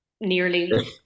nearly